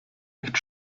nicht